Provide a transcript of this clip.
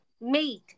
meat